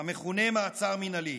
המכונה מעצר מינהלי.